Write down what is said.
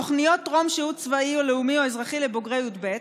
תוכניות טרום שירות צבאי או לאומי או אזרחי לבוגרי י"ב,